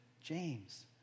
James